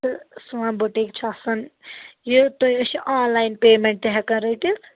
تہٕ سون بُٹیٖک چھُ آسان یہِ تُہۍ أسۍ چھ آن لاین پیمینٹ تہِ ہٮ۪کان رٔٹِتھ